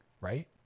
right